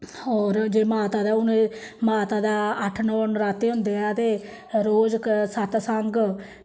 होर जे माता दे हून एह् माता दे अट्ठ नौ नराते होंदे ऐ ते रोज सतसंग